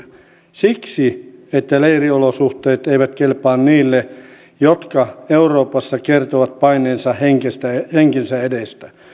siksi että leiriolosuhteet eivät kelpaa niille jotka euroopassa kertovat paenneensa henkensä edestä